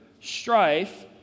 strife